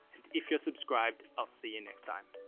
and if you're subscribed i'll see you next time.